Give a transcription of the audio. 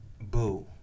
boo